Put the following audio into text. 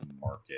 market